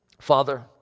Father